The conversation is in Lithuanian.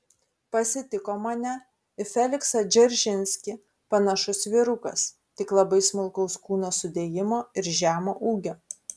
pasitiko mane į feliksą dzeržinskį panašus vyrukas tik labai smulkaus kūno sudėjimo ir žemo ūgio